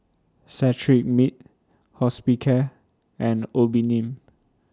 Cetrimide Hospicare and Obimin